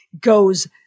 goes